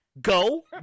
Go